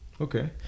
Okay